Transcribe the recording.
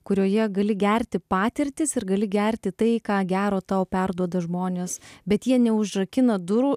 kurioje gali gerti patirtis ir gali gerti tai ką gero tau perduoda žmonės bet jie neužrakina durų